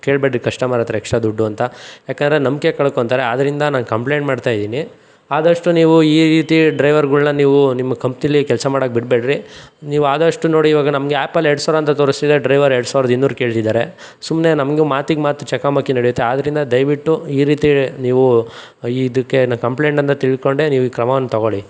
ಕೇಳಬೇಡ್ರಿ customer ಹತ್ರ extra ದುಡ್ಡು ಅಂತ ಯಾಕೆಂದ್ರೆ ನಂಬಿಕೆ ಕಳ್ಕೊಂತಾರೆ ಆದ್ರಿಂದ ನಾನು ಕಂಪ್ಲೇಂಟ್ ಮಾಡ್ತಾ ಇದ್ದೀನಿ ಆದಷ್ಟು ನೀವು ಈ ರೀತಿ ಡ್ರೈವರ್ಗಳ್ನ ನೀವು ನಿಮ್ಮ ಕಂಪ್ನಿಲ್ಲಿ ಕೆಲಸ ಮಾಡಕ್ಕೆ ಬಿಡಬೇಡ್ರಿ ನೀವು ಆದಷ್ಟು ನೋಡಿ ಇವಾಗ ನಮಗೆ ಆ್ಯಪಲ್ಲಿ ಎರಡು ಸಾವಿರ ಅಂತ ತೋರಿಸ್ತಿದೆ ಡ್ರೈವರ್ ಎರಡು ಸಾವಿರ್ದ ಇನ್ನೂರು ಕೇಳ್ತಿದ್ದಾರೆ ಸುಮ್ನೆ ನಮಗೂ ಮಾತಿಗೆ ಮಾತು ಚಕಮಕಿ ನಡೆಯುತ್ತೆ ಆದ್ರಿಂದ ದಯವಿಟ್ಟು ಈ ರೀತಿ ನೀವು ಇದಕ್ಕೆ ಏನು ಕಂಪ್ಲೇಂಟ್ ಅಂತ ತಿಳ್ಕೊಂಡೆ ನೀವು ಈ ಕ್ರಮವನ್ನು ತೊಗೊಳ್ಳಿ